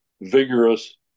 vigorous